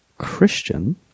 Christian